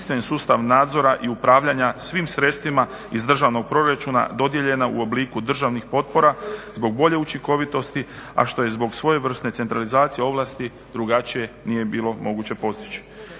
jedinstven sustav nadzora i upravljanja svim sredstvima iz državnog proračuna dodijeljena u obliku državnih potpora zbog bolje učinkovitosti, a što zbog svojevrsne centralizacije ovlasti drugačije nije bilo moguće postići.